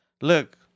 Look